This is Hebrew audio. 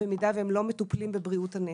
במידה והם לא מטופלים בבריאות הנפש.